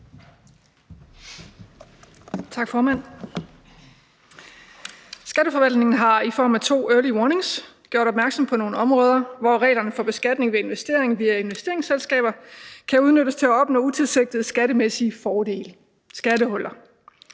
early warnings gjort opmærksom på nogle områder, hvor reglerne for beskatning ved investering via investeringsselskaber utilsigtet kan udnyttes til at opnå skattemæssige fordele, altså skattehuller.